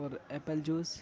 اور apple juice